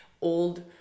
old